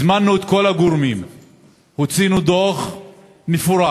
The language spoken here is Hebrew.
הזמנו את כל הגורמים והוצאנו דוח מפורט.